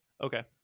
Okay